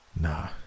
Nah